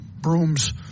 Brooms